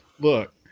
look